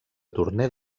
torner